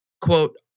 quote